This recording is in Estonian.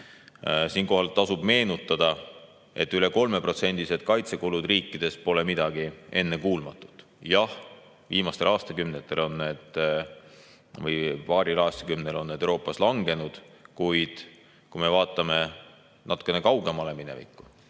Siinkohal tasub meenutada, et üle 3% kaitsekulud riikides pole midagi ennekuulmatut. Jah, viimastel aastakümnetel või paaril aastakümnel on need Euroopas langenud, kuid kui me vaatame natuke kaugemale minevikku,